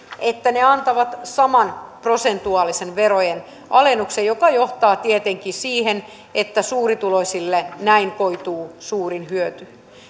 että ne antavat saman prosentuaalisen verojen alennuksen mikä johtaa tietenkin siihen että suurituloisille näin koituu suurin hyöty